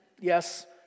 yes